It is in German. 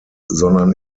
sondern